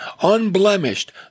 Unblemished